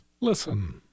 listen